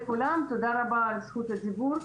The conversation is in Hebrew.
שלום לכולם, תודה רבה על זכות הדיבור.